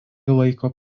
laiko